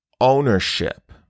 ownership